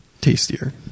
tastier